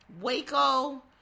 Waco